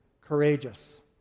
courageous